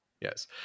Yes